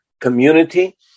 community